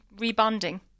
rebonding